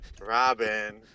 Robin